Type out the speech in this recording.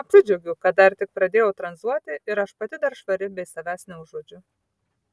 apsidžiaugiu kad dar tik pradėjau tranzuoti ir aš pati dar švari bei savęs neužuodžiu